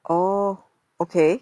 oh okay